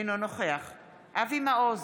אינו נוכח אבי מעוז,